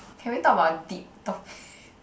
can we talk about deep topic